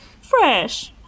Fresh